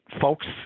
folks